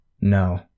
No